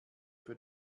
für